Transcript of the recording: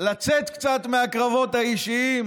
לצאת קצת מהקרבות האישיים